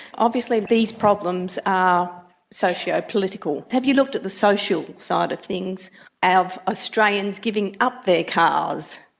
obviously these problems are socio-political. have you looked at the social side of things of australians giving up their cars?